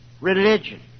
religion